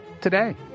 today